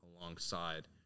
alongside